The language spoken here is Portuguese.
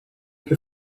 que